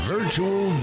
Virtual